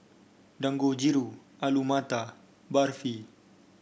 Dangojiru Alu Matar Barfi